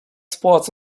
spots